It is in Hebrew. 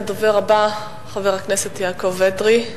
הדובר הבא, חבר הכנסת יעקב אדרי.